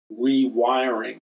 rewiring